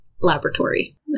laboratory